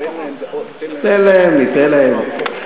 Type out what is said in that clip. ניתן להם, ניתן להם.